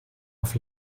auf